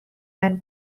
and